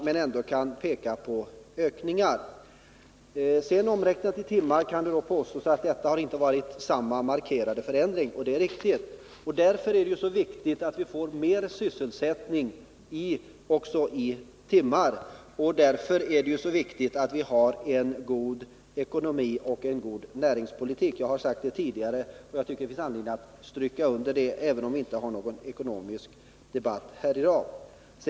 Om man räknar om detta i arbetstimmar kan man påstå att det inte varit samma markerade förändring. Det är riktigt, och det är därför viktigt att vi får mer sysselsättning också i timmar. Vi måste därför ha en god ekonomi och en god näringspolitik. Jag har sagt det tidigare och det tycker jag finns anledning att stryka under även om vi inte har en ekonomisk debatt i dag.